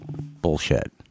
bullshit